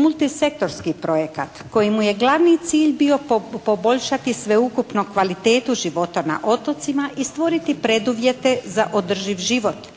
multisektorski projekat kojemu je glavni cilj bio poboljšati sveukupno kvalitetu života na otocima i stvoriti preduvjete za održiv život.